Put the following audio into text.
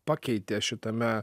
pakeitė šitame